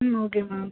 okay ma'am